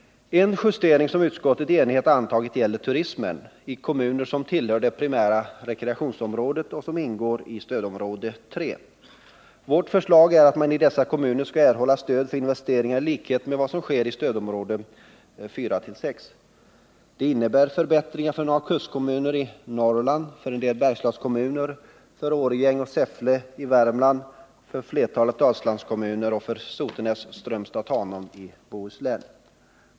En justering som utskottet i enighet antagit gäller turismen i kommuner som tillhör det primära rekreationsområdet och som ingår i stödområde 3. Vårt förslag är att man i dessa kommuner skall erhålla stöd för investeringar i likhet med vad som sker i stödområde 4-6. Det innebär förbättringar för några kustkommuner i Norrland, för en del Bergslagskommuner, för Årjäng och Säffle i Värmland, för flertalet Dalslandskommuner och för Sotenäs, Strömstad och Tanum i Bohuslän.